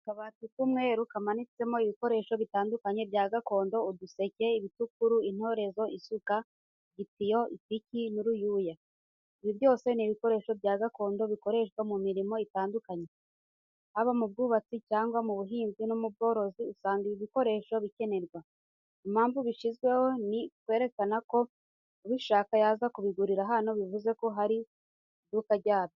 Akabati k'umweru kamanitsemo ibikoresho bitandukanye bya gakondo uduseke, ibitukuru, intorezo, isuka, igitiyo, ipiki, n'uruyuya. Ibi byose ni ibikoresho bya gakondo bikoreshwa mu mirimo itandukanye, haba mu bwubatsi cyangwa mu buhinzi no mu bworozi usanga ibi bikoresho bikenerwa. Impamvu babishyize ni ukwerekana ko ubishaka yaza kubigurira hano bivuze ko hari iduka ryabyo.